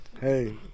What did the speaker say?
hey